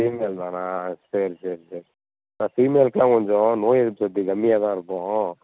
female தானா சரி சரி சரி ஃபீமேல்க்குலாம் கொஞ்சம் நோய் எதிர்ப்புச் சக்தி கம்மியாக தான் இருக்கும்